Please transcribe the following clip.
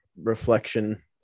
reflection